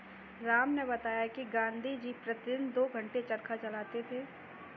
राम ने बताया कि गांधी जी प्रतिदिन दो घंटे चरखा चलाते थे